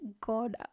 God